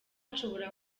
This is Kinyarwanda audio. nshobora